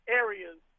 areas